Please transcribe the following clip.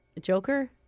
Joker